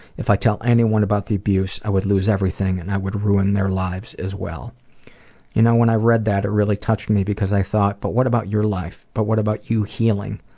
if i tell anyone about the abuse i would loose everything and i would ruin their lives as well you know when i read that it really touched me because i thought, but what about your life? but what about you healing?